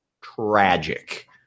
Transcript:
tragic